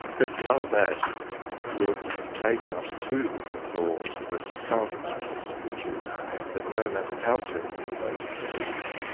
but none of that would take us to the thought that kant expressed, which is that no matter how terrible person's deeds,